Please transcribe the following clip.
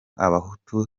abahutu